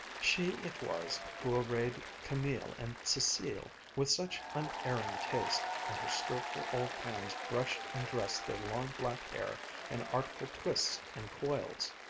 she it was who arrayed camille and cecile with such unerring taste, and her skilful old hands brushed and dressed their long black hair in artful twists and coils.